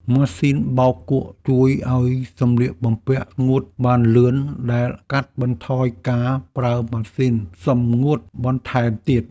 ម៉ាស៊ីនបោកគក់ជួយឱ្យសម្លៀកបំពាក់ស្ងួតបានលឿនដែលកាត់បន្ថយការប្រើម៉ាស៊ីនសម្ងួតបន្ថែមទៀត។